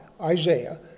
Isaiah